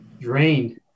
drained